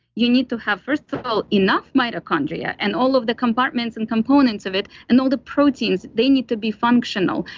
you need to have, first of all, enough mitochondria and all of the compartments and components of it and all the proteins, they need to be functional.